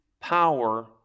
Power